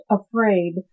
afraid